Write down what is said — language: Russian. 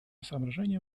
соображение